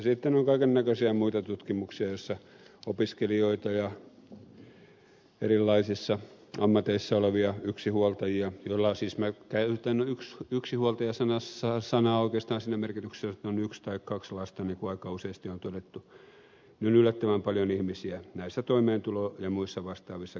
sitten on kaiken näköisiä muita tutkimuksia joissa opiskelijoita ja erilaisissa ammateissa olevia yksinhuoltajia minä siis käytän yksinhuoltaja sanaa oikeastaan siinä merkityksessä jos on yksi tai kaksi lasta niin kuin aika usein on todettu on yllättävän paljon näissä toimeentulo ja muissa vastaavissa köyhyysloukuissa